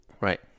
Right